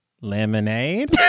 Lemonade